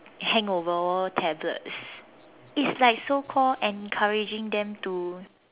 hangover tablets it's like so called encouraging them to